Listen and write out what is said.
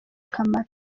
akamaro